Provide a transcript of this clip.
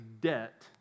debt